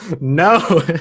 No